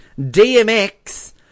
DMX